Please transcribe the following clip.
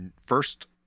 first